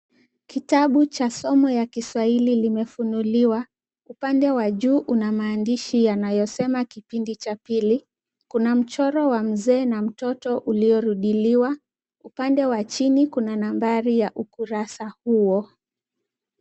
Kitabu cha somo ya kiswahili limefunuliwa. Upande wa juu una maandishi yanayosema kipindi cha pili. Kuna mchoro wa mzee na mtoto uliorudiliwa. Upande wa chini kuna nambari ya ukurasa huo.